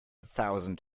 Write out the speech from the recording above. thousand